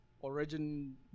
origin